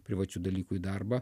privačių dalykų į darbą